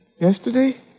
Yesterday